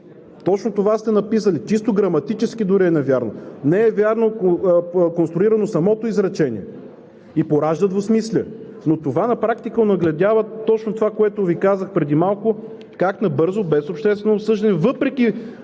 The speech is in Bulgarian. Точно това сте написали. Чисто граматически дори е невярно. Не е вярно конструирано самото изречение и поражда двусмислие. Но това на практика онагледява точно това, което Ви казах преди малко – как набързо, без обществено обсъждане, въпреки